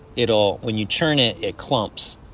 it'll when you churn it, it clumps.